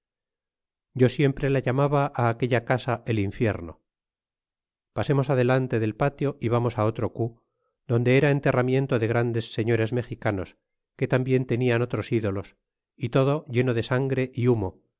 yo siempre la llamaba aquella casa el infierno pasemos adelante del patio y vamos otro cu donde era enterramiento de grandes señores mexicanos que tambien tenían otros ídolos y todo lleno de sangre é humo